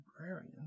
librarian